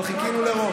אבל חיכינו לרוב.